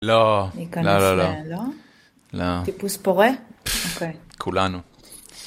לא, לא לא לא. לא. אתה טיפוס פורה? כולנו.